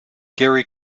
gary